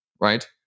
right